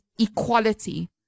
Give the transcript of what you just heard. equality